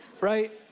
right